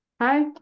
Hi